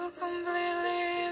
completely